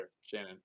Shannon